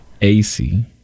ac